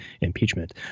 impeachment